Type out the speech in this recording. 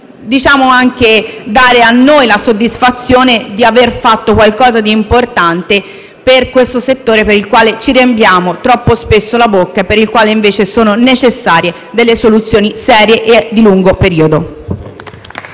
dare anche a noi la soddisfazione di aver fatto qualcosa di importante per esso, del quale ci riempiamo troppo spesso la bocca e per il quale invece sono necessarie delle soluzioni serie e di lungo periodo.